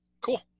Cool